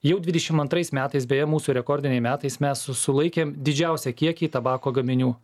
jau dvidešim antrais metais beje mūsų rekordiniai metais mes sulaikėm didžiausią kiekį tabako gaminių